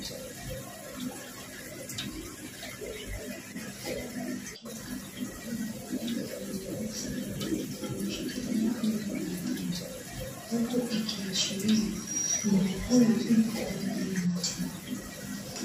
Daktari akiwa amevalia aproni nyeusi, amemshikilia mbwa mezani, huku ikiashiria mbwa huyu yupo kwa ajili ya matibabu.